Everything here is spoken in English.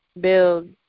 build